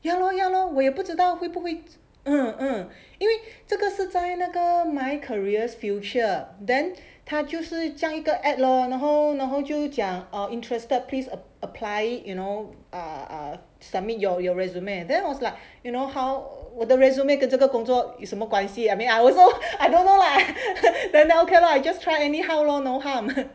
ya lor ya lor 我也不知道会不会 uh uh 因为这个是在那个 my careers future then 他就是这样一个 ad lor 然后然后就讲 oh interested please apply you know err err submit your resume then was like you know how 我的 resume 给这个工作有什么关系 I mean I also I don't know lah then then okay lah I just try anyhow lor no harm